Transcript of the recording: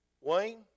Wayne